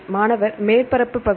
மாணவர் மேற்பரப்பு பகுதி